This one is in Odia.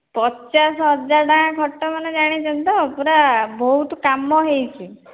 ପଚାଶ ହଜାର ଟଙ୍କା ଖଟ ମାନେ ଜାଣିଛନ୍ତି ତ ପୁରା ବହୁତ କାମ ହୋଇଛି